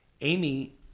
Amy